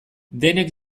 denek